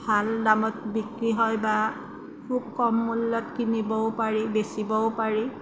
ভাল দামত বিক্ৰী হয় বা খুব কম মূল্যত কিনিবও পাৰি বেচিবও পাৰি